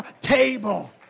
table